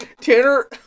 Tanner